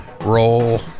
Roll